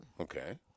Okay